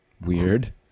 Weird